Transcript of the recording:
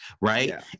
Right